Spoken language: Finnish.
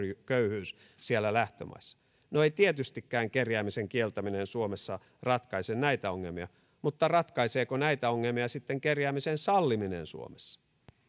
köyhyys siellä lähtömaissa no ei tietystikään kerjäämisen kieltäminen suomessa ratkaise näitä ongelmia mutta ratkaiseeko näitä ongelmia sitten kerjäämisen salliminen suomessa